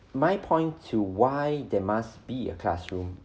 my point to why there must be a classroom